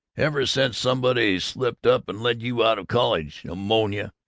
ever since somebody slipped up and let you out of college, ammonia,